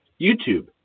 YouTube